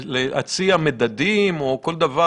להציע מדדים או כל דבר.